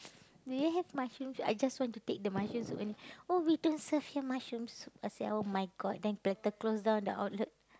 do you have mushroom soup I just want to take the mushroom soup and oh we don't serve here mushroom soup I say !oh-my-god! then better close down the outlet